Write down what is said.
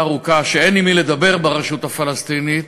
ארוכה שאין עם מי לדבר ברשות הפלסטינית,